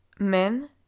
men